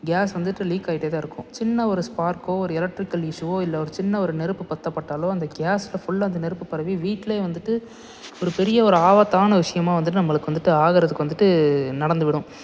case வந்துட்டு leak ஆகிட்டேதான் இருக்கும் சின்ன ஒரு ஸ்பார்கோ ஒரு எலக்ட்ரிகல் இஷ்யூவோ இல்லை ஒரு சின்ன ஒரு நெருப்பு பற்றப்பட்டாலோ அந்த கேஸ்ஸில் ஃபுல்லாக அந்த நெருப்பு பரவி வீட்டிலே வந்துட்டு ஒரு பெரிய ஒரு ஆபத்தான ஒரு விஷயமாக வந்துட்டு நம்மளுக்கு வந்துட்டு ஆகிறதுக்கு வந்துட்டு நடந்து விடும்